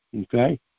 Okay